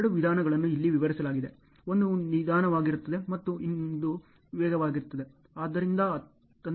ಎರಡು ವಿಧಾನಗಳನ್ನು ಇಲ್ಲಿ ವಿವರಿಸಲಾಗಿದೆ ಒಂದು ನಿಧಾನವಾಗಿರುತ್ತದೆ ಮತ್ತು ಒಂದು ವೇಗವಾಗಿರುತ್ತದೆ